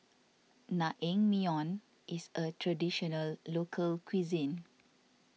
Naengmyeon is a Traditional Local Cuisine